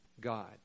God